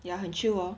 ya 很 chill hor